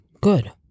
Good